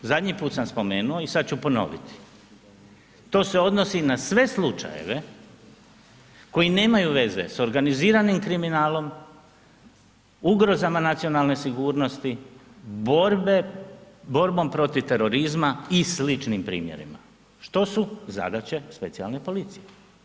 Zadnji put sam spomenuo i sada ću ponoviti, to se odnosi na sve slučajeve koji nemaju veze sa organiziranim kriminalom, ugrozama nacionalne sigurnosti, borbom protiv terorizma i sličnim primjerima što su zadaće specijalne policije.